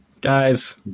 Guys